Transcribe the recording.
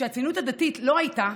וכשהציונות הדתית לא הייתה